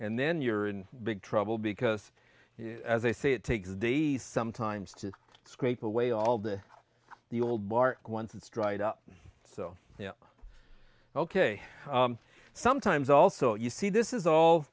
and then you're in big trouble because as i say it takes days sometimes to scrape away all the the old bark once it's dried up so you know ok sometimes also you see this is all